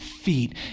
feet